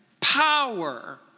power